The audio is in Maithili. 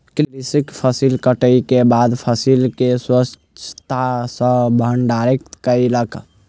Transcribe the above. कृषक फसिल कटै के बाद फसिल के स्वच्छता सॅ भंडारित कयलक